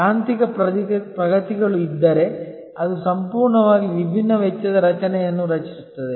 ತಾಂತ್ರಿಕ ಪ್ರಗತಿಗಳು ಇದ್ದರೆ ಅದು ಸಂಪೂರ್ಣವಾಗಿ ವಿಭಿನ್ನ ವೆಚ್ಚದ ರಚನೆಯನ್ನು ರಚಿಸುತ್ತದೆ